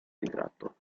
ritratto